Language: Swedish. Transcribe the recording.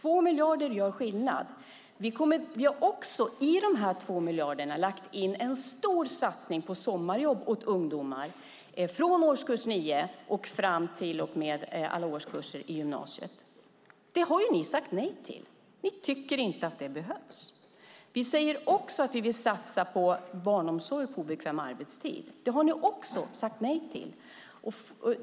2 miljarder gör en skillnad. I de här 2 miljarderna har vi lagt in en stor satsning på sommarjobb åt ungdomar från årskurs 9 fram till och med alla årskurser i gymnasiet. Det har ni sagt nej till. Ni tycker inte att det behövs. Vi säger också att vi vill satsa på barnomsorg på obekväm arbetstid. Det har ni också sagt nej till.